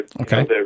Okay